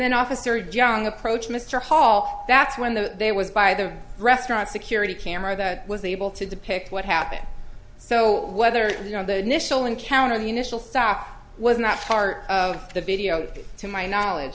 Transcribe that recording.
then officer jiang approached mr hall that's when the they was by the restaurant security camera that was able to depict what happened so whether you know the initial encounter the initial stuff was not part of the video to my knowledge